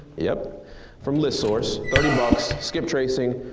yeah from listsource, thirty bucks, skiptracing.